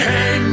Hey